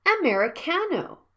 americano